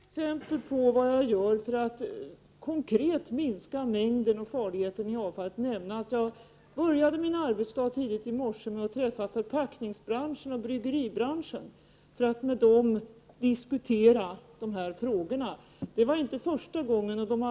Herr talman! För det första vill jag som ett konkret exempel på vad jag gör för att dels minska mängden avfall, dels göra avfallet mindre farligt anföra att jag började min arbetsdag tidigt i morse med att träffa representanter för förpackningsbranschen och bryggeribranschen för att diskutera dessa frågor. Det var inte första gången som vi träffades.